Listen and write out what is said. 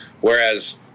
Whereas